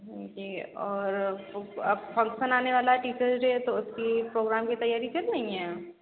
हाँ जी और अब फ़ंक्सन आने वाला है टीचर्स डे है तो उसकी प्रोग्राम की तैयारी कर रही हैं आ